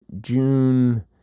June